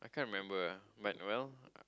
I can't remember lah but well